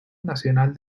nacional